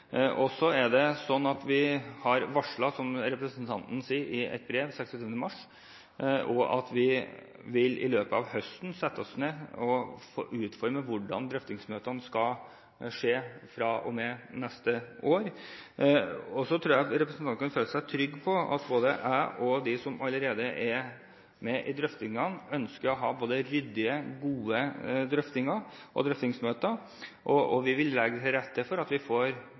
Så er det sånn at vi, som representanten sier, har varslet om dette i et brev den 26. mars, og at vi i løpet av høsten vil sette oss ned og få utformet hvordan drøftingsmøtene skal skje fra og med neste år. Så tror jeg representanten kan føle seg trygg på at både jeg og de som allerede er med i drøftingene, ønsker å ha både ryddige og gode drøftinger og drøftingsmøter, og vi vil legge til rette for at vi får